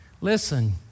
Listen